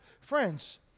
Friends